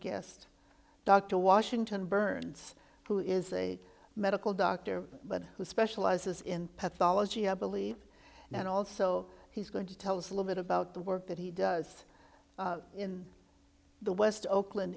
guest dr washington burns who is a medical doctor who specializes in pathology i believe and also he's going to tell us a little bit about the work that he does in the west oakland